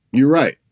you're right.